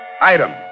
Item